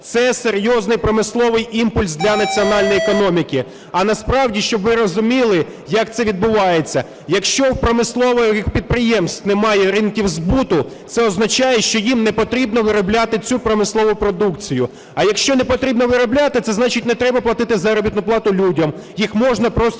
це серйозний промисловий імпульс для національної економіки. А насправді, щоб ви розуміли, як це відбувається. Якщо у промислових підприємств немає ринків збуту, це означає, що їм непотрібно виробляти цю промислову продукцію. А якщо непотрібно виробляти, це значить не треба платити заробітну плату людям, їх можна просто